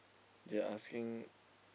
they asking